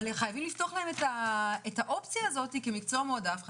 אבל חייבים לפחות לפתוח את האופציה הזאת כמקצוע מועדף,